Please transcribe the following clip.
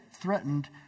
threatened